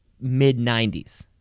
mid-90s